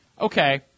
Okay